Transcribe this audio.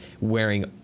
wearing